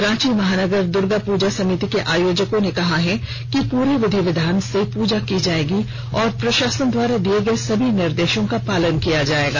रांची महानगर दुर्गा पूजा समिति के आयोजकों ने कहा है कि पूरे विधि विधान से पूजा की जाएगी और प्रशासन द्वारा दिए गए सभी निर्देशों का पालन किया जाएगा